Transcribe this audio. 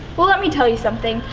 well, let me tell you something.